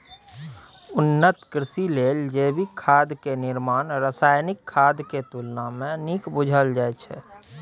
उन्नत कृषि लेल जैविक खाद के निर्माण रासायनिक खाद के तुलना में नीक बुझल जाइ छइ